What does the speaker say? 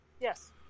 Yes